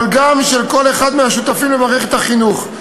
אבל גם של כל אחד מהשותפים למערכת החינוך.